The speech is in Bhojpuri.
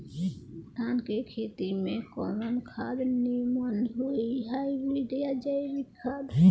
धान के खेती में कवन खाद नीमन होई हाइब्रिड या जैविक खाद?